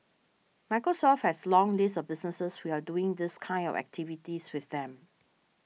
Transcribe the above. Microsoft has a long list of businesses who are doing these kind of activities with them